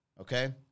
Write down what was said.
Okay